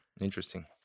Interesting